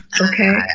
Okay